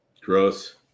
Gross